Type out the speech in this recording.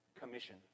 commission